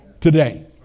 today